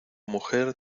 mujer